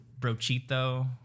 brochito